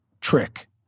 trick